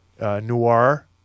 noir